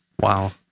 Wow